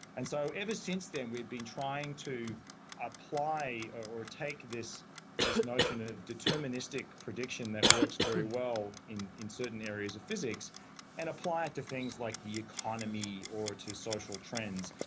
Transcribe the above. and so ever since then we've been trying to apply or or take this this notion of deterministic prediction that works very well in in certain areas of physics and apply it to things like the economy or to social trends.